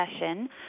session